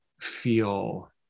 feel